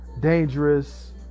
dangerous